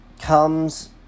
comes